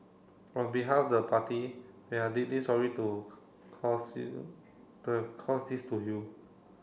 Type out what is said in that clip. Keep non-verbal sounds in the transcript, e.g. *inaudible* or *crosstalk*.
on behalf the party we are deeply sorry to *unintelligible* to have caused this to you